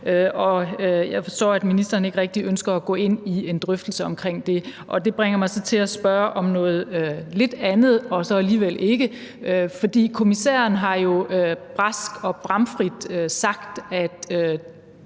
og jeg forstår, at ministeren ikke rigtig ønsker at gå ind i en drøftelse omkring det. Det bringer mig så til at spørge om noget lidt andet – og så alligevel ikke. For kommissæren har jo med brask og bram sagt, at